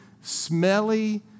smelly